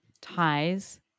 ties